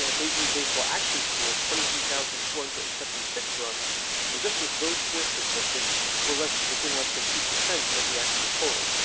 ah major league baseball actually scored twenty three thousand four hundred and seventy six runs and just with those four statistics were less within less than two percent of the actual total,